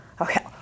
Okay